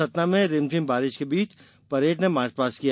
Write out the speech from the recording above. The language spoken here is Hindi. सतना में रिमझिम बारिश के बीच परेड ने मार्चपास्ट किया